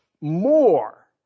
more